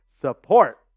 support